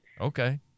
Okay